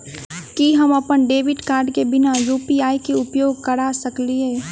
की हम अप्पन debit card केँ बिना यु.पी.आई केँ उपयोग करऽ सकलिये?